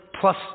plus